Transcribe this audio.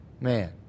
man